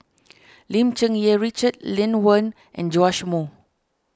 Lim Cherng Yih Richard Lee Wen and Joash Moo